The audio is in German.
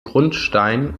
grundstein